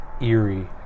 eerie